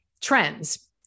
trends